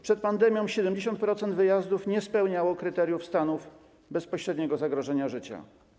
Przed pandemią 70% wyjazdów nie spełniało kryteriów stanów bezpośredniego zagrożenia życia.